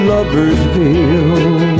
Loversville